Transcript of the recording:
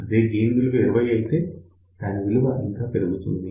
అదే గెయిన్ విలువ 20 అయితే దాని విలువ ఇంకా పెరుగుతుంది